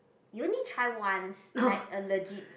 you only try once like a legit